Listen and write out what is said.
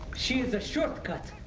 she is a shortcut.